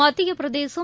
மத்திய பிரதேசம்